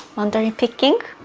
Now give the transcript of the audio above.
and picking